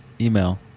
email